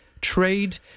trade